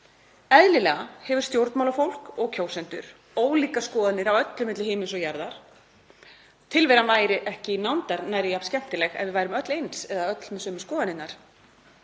Eðlilega hefur stjórnmálafólk og kjósendur ólíkar skoðanir á öllu milli himins og jarðar. Tilveran væri ekki nándar nærri jafn skemmtileg ef við værum öll eins eða öll með sömu skoðanirnar.